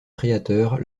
créateur